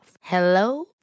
Hello